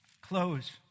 Close